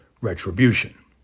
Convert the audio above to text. retribution